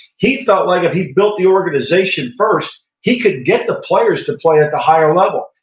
he felt like if he built the organization first he could get the players to play at the higher level,